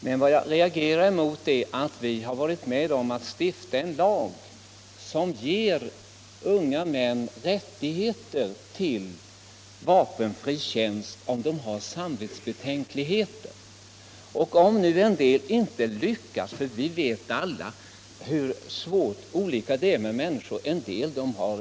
Men vad jag reagerar emot är att vi har stiftat en lag som ger unga män rätt till vapenfri tjänst om de har samvetsbetänkligheter. Vi vet alla hur olika människor är.